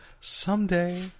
Someday